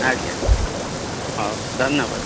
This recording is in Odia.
ଆଜ୍ଞା ହଉ ଧନ୍ୟବାଦ